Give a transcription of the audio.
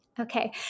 Okay